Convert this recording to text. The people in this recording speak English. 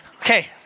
Okay